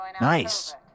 Nice